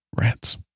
Rats